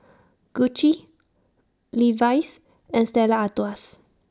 Gucci Levi's and Stella Artois